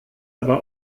aber